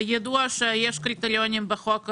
וידוע שיש קריטריונים בחוק,